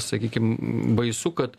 sakykim baisu kad